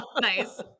Nice